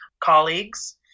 colleagues